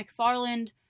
McFarland